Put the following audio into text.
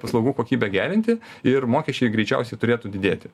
paslaugų kokybę gerinti ir mokesčiai greičiausiai turėtų didėti